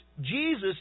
Jesus